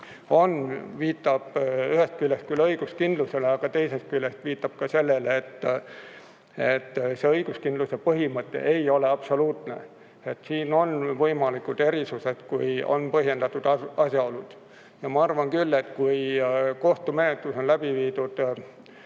on, viitab ühest küljest küll õiguskindlusele, aga teisest küljest viitab ka sellele, et õiguskindluse põhimõte ei ole absoluutne. Siin on võimalikud erisused, kui on põhjendatud asjaolud. Ja ma arvan küll, et kui kohtumenetlus on läbi viidud